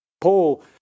Paul